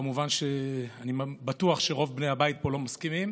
וכמובן שאני בטוח שרוב בני הבית פה לא מסכימים.